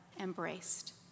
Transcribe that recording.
embraced